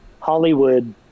Hollywood